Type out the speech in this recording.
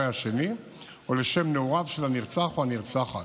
השני או לשם נעוריו של הנרצח או הנרצחת.